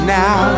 now